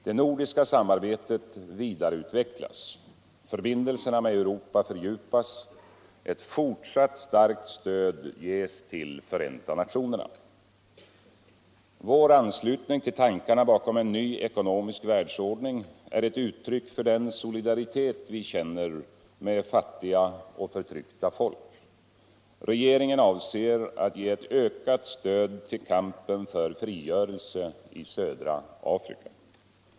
Det nordiska samarbetet vidareutvecklas. Förbindelserna med Europa fördjupas. Ett fortsatt starkt stöd ges wull Förenta nationerna. Vår anslutning till tankarna bakom en ny ckonomisk världsordning är ett uttryck för den solidaritet vi känner med fattiga och förtryckta folk. Regeringen avser att ge ett ökat stöd till kampen för frigörelse i södra Afrika.